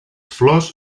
flors